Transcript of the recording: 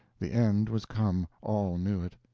the end was come all knew it.